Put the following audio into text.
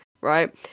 right